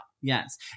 Yes